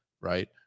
right